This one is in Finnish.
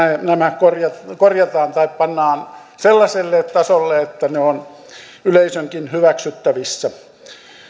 nämä korjataan korjataan tai pannaan sellaiselle tasolle että ne ovat yleisönkin hyväksyttävissä